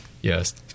yes